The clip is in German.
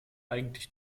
eigentlich